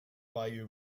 bayou